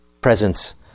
presence